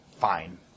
fine